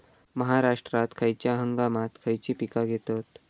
महाराष्ट्रात खयच्या हंगामांत खयची पीका घेतत?